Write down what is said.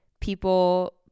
people